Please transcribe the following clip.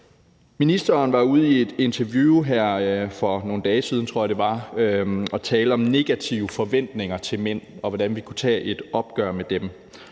Ministeren var ude i et interview her for nogle dage siden, tror jeg det var, og tale om negative forventninger til mænd, og hvordan vi kunne tage et opgør med dem,